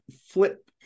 flip